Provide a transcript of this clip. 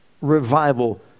revival